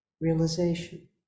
Realization